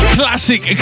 classic